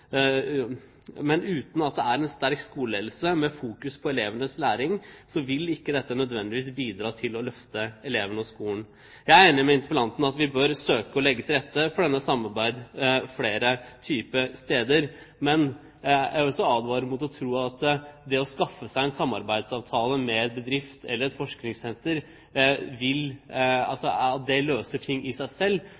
en sterk skoleledelse med fokus på elevenes læring vil ikke dette nødvendigvis bidra til å løfte elevene og skolen. Jeg er enig med interpellanten i at vi bør søke å legge til rette for slikt samarbeid flere steder, men jeg vil også advare mot å tro at det å skaffe seg en samarbeidsavtale med en bedrift eller et forskningssenter i seg selv vil